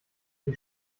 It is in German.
sie